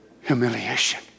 humiliation